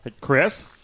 Chris